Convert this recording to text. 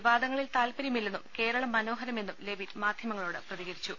വിവാദങ്ങളിൽ താൽപര്യമില്ലെന്നും കേരളം മനോഹര മെന്നും ലെവിറ്റ് മാധ്യമങ്ങളോട് പ്രതികരിച്ചു